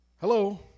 Hello